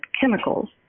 chemicals